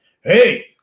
Hey